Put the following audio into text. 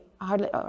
hardly